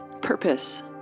purpose